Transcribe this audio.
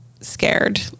scared